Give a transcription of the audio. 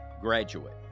graduate